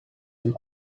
een